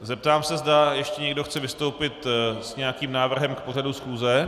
Zeptám se, zda ještě někdo chce vystoupit s nějakým návrhem k pořadu schůze.